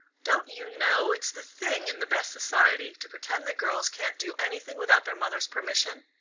don't you know it's the thing in the best society to pretend that girls can't do anything without their mothers' permission?